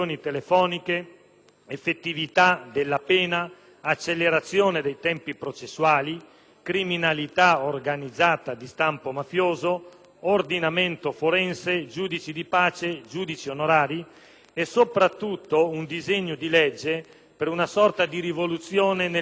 effettività della pena; accelerazione dei tempi processuali; criminalità organizzata di stampo mafioso; ordinamento forense; giudici di pace; giudici onorari; e, soprattutto, un disegno di legge per una sorta di rivoluzione nel mondo giudiziario: